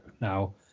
now